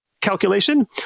calculation